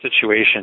situation